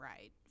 right